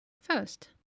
First